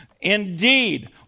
indeed